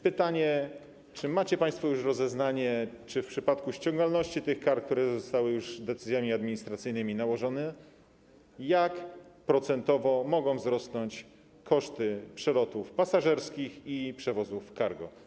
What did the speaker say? Pytanie: Czy macie państwo już rozeznanie, jak w przypadku ściągalności tych kar, które zostały już decyzjami administracyjnymi nałożone, procentowo mogą wzrosnąć koszty przelotów pasażerskich i przewozów cargo?